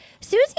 Susie